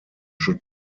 should